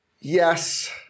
Yes